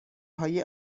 های